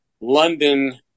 London